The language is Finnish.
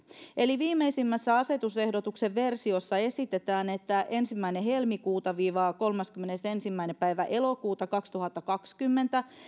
eli viimeisimmässä asetusehdotuksen versiossa esitetään että ensimmäinen helmikuuta kolmaskymmenesensimmäinen elokuuta kaksituhattakaksikymmentä